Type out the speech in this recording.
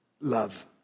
Love